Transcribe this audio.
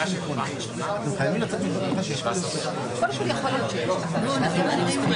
לא רוצה לעשות הבחנה בין האזרחי